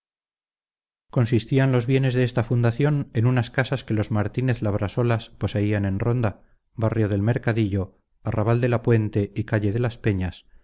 consistían los bienes de esta fundación en unas casas que los martínez labrasolas poseían en ronda barrio del mercadillo arrabal de la puente y calle de las peñas